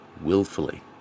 willfully